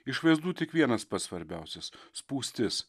iš vaizdų tik vienas pats svarbiausias spūstis